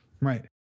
Right